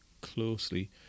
closely